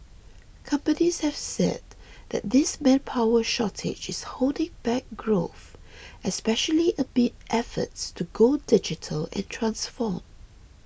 companies have said that this manpower shortage is holding back growth especially amid efforts to go digital and transform